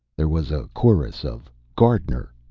there was a chorus of gardener,